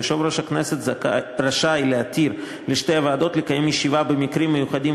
יושב-ראש הכנסת רשאי להתיר לשתי הוועדות לקיים ישיבה במקרים מיוחדים,